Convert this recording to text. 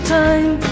time